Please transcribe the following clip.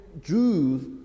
Jews